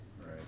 Right